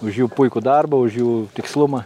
už jų puikų darbą už jų tikslumą